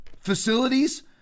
facilities